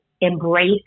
embrace